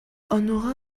онуоха